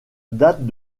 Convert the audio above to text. datent